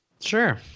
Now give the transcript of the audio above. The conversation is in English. Sure